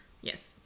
Yes